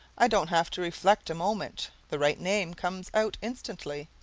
i don't have to reflect a moment the right name comes out instantly,